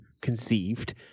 conceived